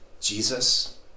Jesus